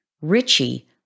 Richie